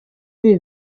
ibi